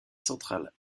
centrale